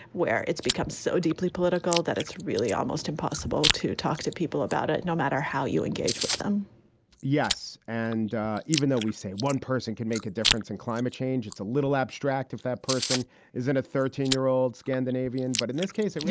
where it's become so deeply political that it's really almost impossible to talk to people about it no matter how you engage with them yes. and even though we say one person can make a difference in climate change, it's a little abstract if that person is in a thirteen year old scandinavian but in this case